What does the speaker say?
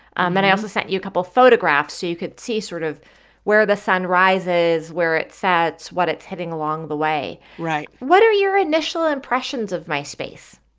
um and i also sent you a couple photographs so you could see sort of where the sun rises, where it sets, what it's hitting along the way right what are your initial impressions of my space?